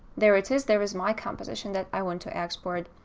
there it is. there is my composition that i want to export.